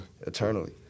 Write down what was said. Eternally